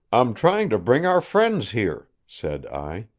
i'm trying to bring our friends here, said i.